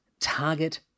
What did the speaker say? target